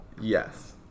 Yes